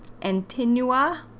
Antinua